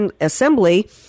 assembly